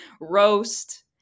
roast